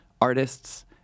artists